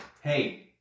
Hey